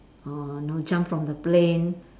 or know jump from the plane